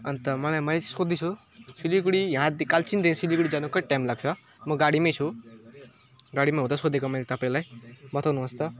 अनि त मलाई मैले चाहिँ सोध्दैछु सिलिगुढी यहाँदे कालचिनीदेखि सिलिगुढी जानु कति टाइम लाग्छ म गाडीमै छु गाडीमा हुँदा सोधेको मैले तपाईँलाई बताउनुहोस् त